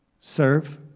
serve